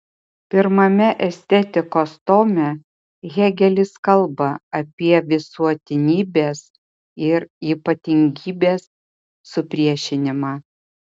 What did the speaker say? pirmame estetikos tome hėgelis kalba apie visuotinybės ir ypatingybės supriešinimą